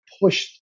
pushed